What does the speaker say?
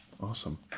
Awesome